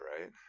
right